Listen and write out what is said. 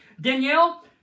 Danielle